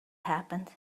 happened